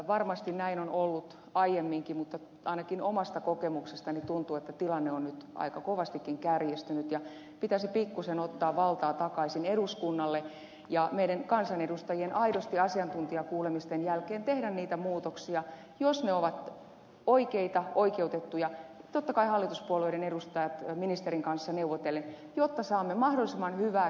varmasti näin on ollut aiemminkin mutta ainakin omasta kokemuksestani tuntuu että tilanne on nyt aika kovastikin kärjistynyt ja pitäisi pikkuisen ottaa valtaa takaisin eduskunnalle ja meidän kansanedustajien aidosti asiantuntijakuulemisten jälkeen tehdä niitä muutoksia jos ne ovat oikeita oikeutettuja totta kai hallituspuolueiden edustajat ministerin kanssa neuvotellen jotta saamme mahdollisimman hyvää kestävää lainsäädäntöä